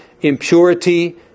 impurity